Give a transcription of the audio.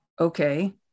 Okay